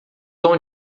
tom